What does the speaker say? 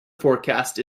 forecast